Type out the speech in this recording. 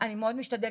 אני מאות משתדלת.